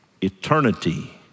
Eternity